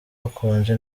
hakonje